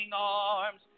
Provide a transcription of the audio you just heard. arms